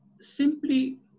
simply